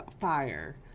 fire—